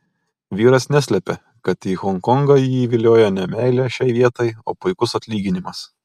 vyras neslepia kad į honkongą jį vilioja ne meilė šiai vietai o puikus atlyginimas